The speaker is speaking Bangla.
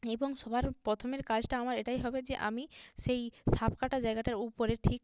এবং সবার প্রথমের কাজটা আমার এটাই হবে যে আমি সেই সাপ কাটা জায়গাটার উপরে ঠিক